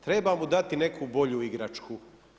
Treba mu dati neku bolju igračku.